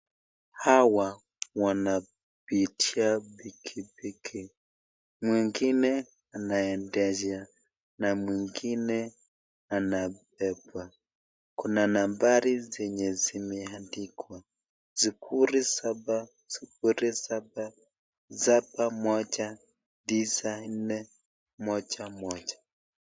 Hawa wanapitia pikipiki. Mwingine anaendesha na mwingine anabebwa. Kuna nambari zenye zimeandikwa, 0707719411.